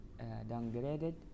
downgraded